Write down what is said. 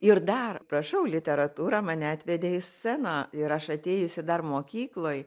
ir dar prašau literatūra mane atvedė į sceną ir aš atėjusi dar mokykloj